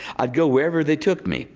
i'll go wherever they took me.